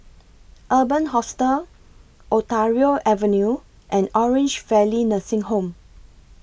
Urban Hostel Ontario Avenue and Orange Valley Nursing Home